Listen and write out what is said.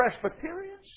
Presbyterians